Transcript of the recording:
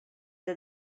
the